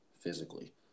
physically